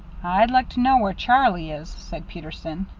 i'd like to know where charlie is, said peterson.